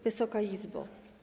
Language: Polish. Wysoka Izbo!